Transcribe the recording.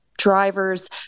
drivers